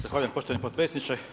Zahvaljujem poštovani potpredsjedniče.